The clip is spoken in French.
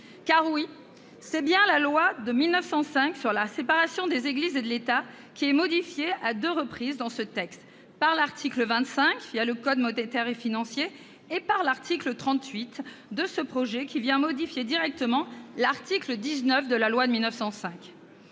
Oui ! Oui, la loi de 1905 concernant la séparation des Églises et de l'État est bien modifiée à deux reprises dans ce texte, par l'article 25, le code monétaire et financier, et par l'article 38 de ce projet de loi, qui vient modifier directement l'article 19 de la loi de 1905.